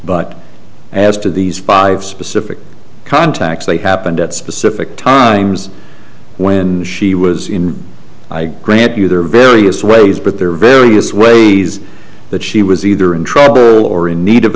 but as to these five specific contacts they happened at specific times when she was in i grant you there are various ways but there are various ways that she was either in trouble or in need of